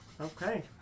Okay